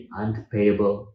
unpayable